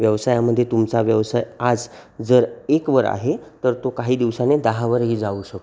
व्यवसायामध्ये तुमचा व्यवसाय आज जर एकवर आहे तर तो काही दिवसाने दहावरही जाऊ शकतो